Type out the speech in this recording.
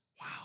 Wow